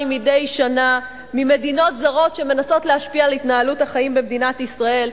מדי שנה ממדינות זרות שמנסות להשפיע על התנהלות החיים במדינת ישראל,